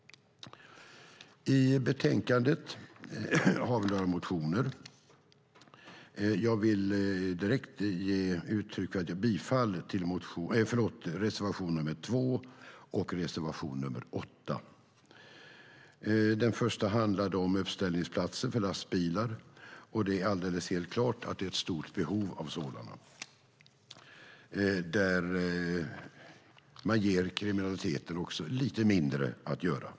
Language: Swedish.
I betänkandet har vi några reservationer. Jag vill direkt yrka bifall till reservation nr 2 och reservation nr 8. Den första handlar om uppställningsplatser för lastbilar, och det är helt klart att det är ett stort behov av sådana. Det ger också kriminella lite mindre att göra.